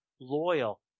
loyal